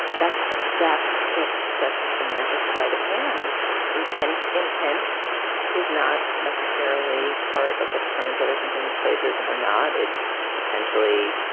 that's that's just such a semantic sleight of hand intent intent is not necessarily part of what determines whether something is plagiarism or not. it potentially